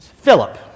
Philip